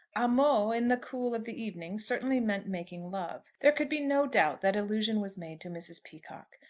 amo in the cool of the evening, certainly meant making love. there could be no doubt that allusion was made to mrs. peacocke.